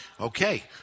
Okay